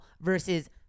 versus